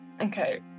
okay